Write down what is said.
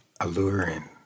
alluring